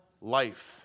life